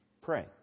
pray